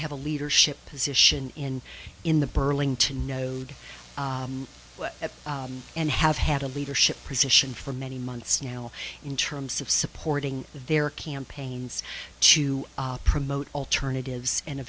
have a leadership position in in the burlington know and have had a leadership position for many months now in terms of supporting their campaigns to promote alternatives and a